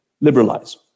liberalize